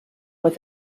with